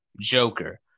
joker